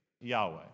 Yahweh